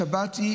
השבת היא,